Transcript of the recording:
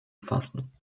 fassen